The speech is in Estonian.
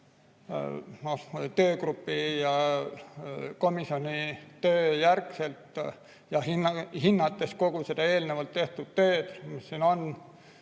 töögrupi ja komisjoni töö järgselt ja ka kogu eelnevalt tehtud tööd, mis siin on,